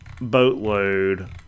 boatload